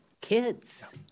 kids